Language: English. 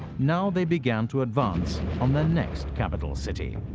now they began to advance on the next capital city,